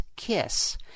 kiss